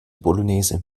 bolognese